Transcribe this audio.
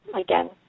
again